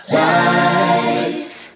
life